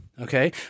okay